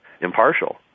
impartial